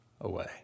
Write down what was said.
away